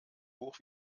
hoch